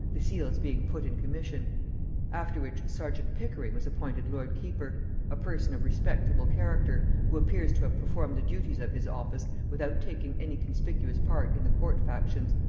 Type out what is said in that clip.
the seals being put in commission after which serjeant pickering was appointed lord keeper a person of respectable character, who appears to have performed the duties of his office without taking any conspicuous part in the court factions,